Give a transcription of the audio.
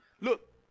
Look